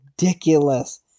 ridiculous